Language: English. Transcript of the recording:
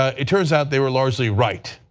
ah it turns out they were largely right.